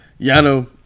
Yano